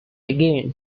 again